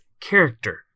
character